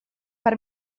per